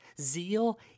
Zeal